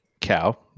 cow